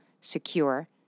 secure